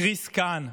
כרים קאן.